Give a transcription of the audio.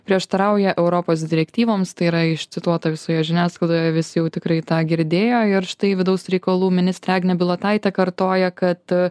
prieštarauja europos direktyvoms tai yra iš cituoto visoje žiniasklaidoje vis jau tikrai tą girdėjo ir štai vidaus reikalų ministrė agnė bilotaitė kartoja kad